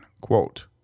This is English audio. quote